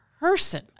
person